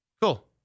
Cool